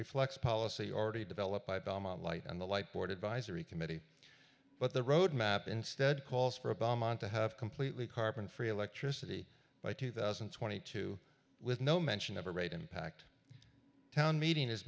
reflects policy already developed by belmont light and the light board advisory committee but the road map instead calls for obama on to have completely carbon free electricity by two thousand and twenty two with no mention of a rate impact town meeting